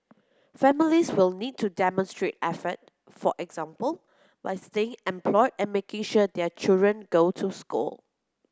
families will need to demonstrate effort for example by staying employed and making sure their children go to school